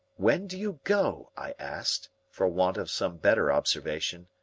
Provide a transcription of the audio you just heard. when do you go? i asked, for want of some better observation.